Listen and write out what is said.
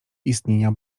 istnienia